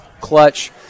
clutch